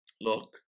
look